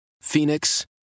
Phoenix